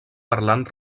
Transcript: parlant